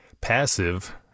passive